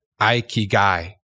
Aikigai